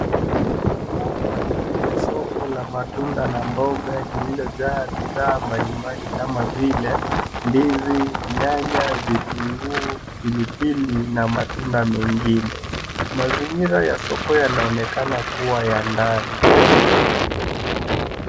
Hapa ni kwenye soko la matunda na mboga lililojaa bidhaa mbalimbali kama vile ndizi, nyanya vitunguu, pilipili na matunda mengine. Mazingira ya soko yanaonekana kuwa ya ndani.